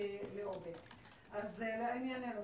לענייננו,